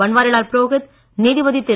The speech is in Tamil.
பன்வாரிலால் புரோகித் நீதிபதி திரு